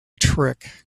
trick